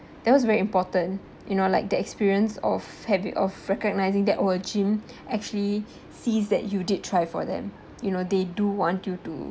that was very important you know like the experience of habit of recognising that our gym actually sees that you did try for them you know they do want you to